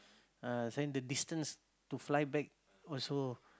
ah then the distance to fly back also